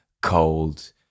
cold